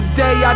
day